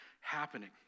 happening